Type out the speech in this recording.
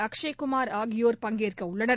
அக்ஷய்குமார் ஆகியோர் பங்கேற்க உள்ளனர்